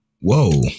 Whoa